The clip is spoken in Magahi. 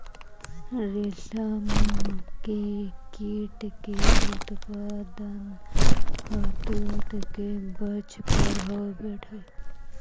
रेशम के कीट के उत्पादन शहतूत के वृक्ष पर होवऽ हई